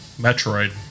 Metroid